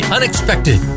Unexpected